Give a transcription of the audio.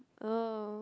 oh